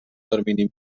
termini